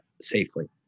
safely